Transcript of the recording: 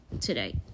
Today